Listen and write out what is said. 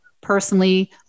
personally